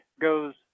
goes